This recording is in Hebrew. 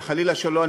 וחלילה שלא,